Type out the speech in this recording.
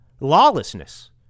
Lawlessness